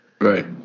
Right